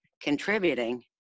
contributing